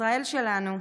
בישראל שלנו,